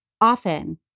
often